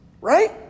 Right